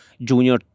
junior